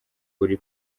kuri